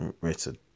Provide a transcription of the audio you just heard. written